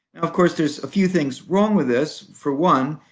of course, there's a view things wrong with this. for one,